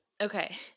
okay